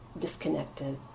disconnected